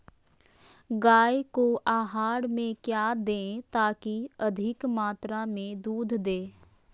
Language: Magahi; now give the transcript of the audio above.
गाय को आहार में क्या दे ताकि अधिक मात्रा मे दूध दे?